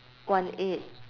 one eight